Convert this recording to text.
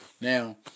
Now